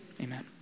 amen